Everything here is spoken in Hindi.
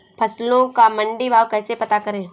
फसलों का मंडी भाव कैसे पता करें?